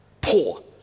poor